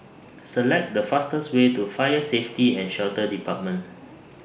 Select The fastest Way to Fire Safety and Shelter department